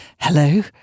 hello